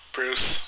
Bruce